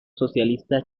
socialista